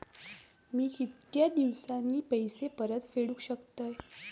मी कीतक्या दिवसांनी पैसे परत फेडुक शकतय?